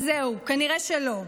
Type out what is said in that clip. אז זהו, כנראה שלא.